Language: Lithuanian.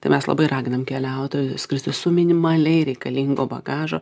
tai mes labai raginam keliautojus skristi su minimaliai reikalingo bagažo